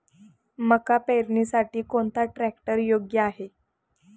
मका पेरणीसाठी कोणता ट्रॅक्टर योग्य आहे?